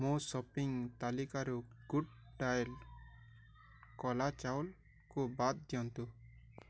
ମୋ ସପିଂ ତାଲିକାରୁ good diet କଳା ଚାଉଳକୁ ବାଦ ଦିଅନ୍ତୁ